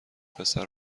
پسر